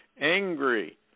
angry